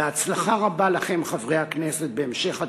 בהצלחה רבה לכם, חברי הכנסת, בהמשך הדרך.